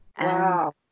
wow